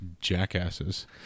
jackasses